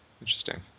Interesting